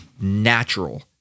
natural